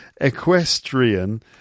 equestrian